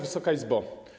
Wysoka Izbo!